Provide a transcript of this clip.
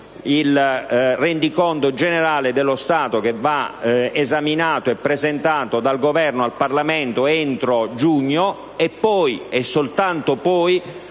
il rendiconto generale dello Stato, che va presentato dal Governo al Parlamento entro giugno, e poi ‑ e soltanto poi